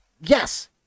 yes